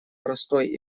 простой